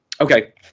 Okay